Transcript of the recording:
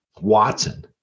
Watson